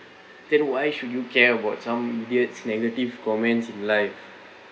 then why should you care about some weird negative comments in life